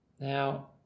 Now